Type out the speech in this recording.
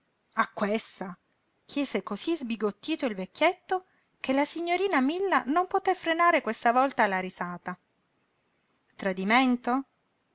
a questa chiese cosí sbigottito il vecchietto che la signorina milla non poté frenare questa volta la risata tradimento